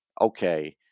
Okay